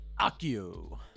Akio